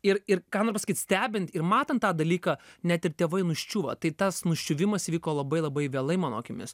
ir ir ką noriu pasakyt stebint ir matant tą dalyką net ir tėvai nuščiūva tai tas nuščiuvimas įvyko labai labai vėlai mano akimis